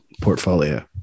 portfolio